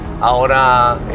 ahora